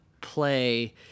play